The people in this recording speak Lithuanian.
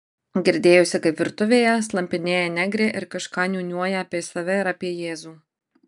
girdėjosi kaip virtuvėje slampinėja negrė ir kažką niūniuoja apie save ir apie jėzų